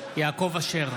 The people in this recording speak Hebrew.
יעקב אשר,